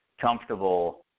comfortable